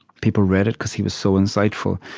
people read it because he was so insightful,